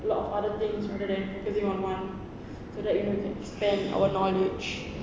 a lot of other things rather than focusing on one so that you know you can expand our knowledge